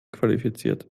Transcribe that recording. qualifiziert